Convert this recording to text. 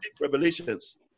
revelations